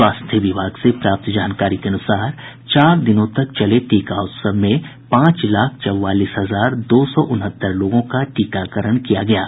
स्वास्थ्य विभाग से प्राप्त जानकारी के अनुसार चार दिनों तक चले टीका उत्सव में पांच लाख चौवालीस हजार दो सौ उनहत्तर लोगों का टीकाकरण किया गया है